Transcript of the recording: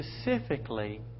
specifically